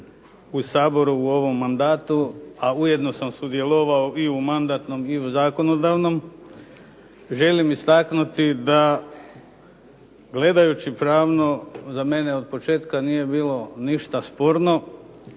u Saboru u ovom mandatu, a ujedno sam sudjelovao i u mandatnom i u zakonodavnom, želim istaknuti da gledajući pravno, za mene od početka nije bilo ništa sporno.